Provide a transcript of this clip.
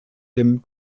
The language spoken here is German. dem